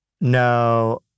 No